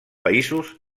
països